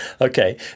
Okay